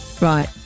Right